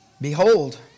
Behold